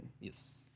yes